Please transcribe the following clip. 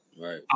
Right